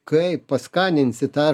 kaip paskaninsit tą